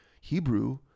Hebrew